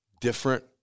different